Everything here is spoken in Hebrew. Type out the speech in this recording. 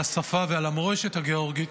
על השפה ועל המורשת הגאורגית,